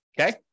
Okay